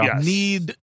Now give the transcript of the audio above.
need